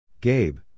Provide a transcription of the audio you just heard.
Gabe